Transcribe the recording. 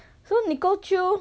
so nicole choo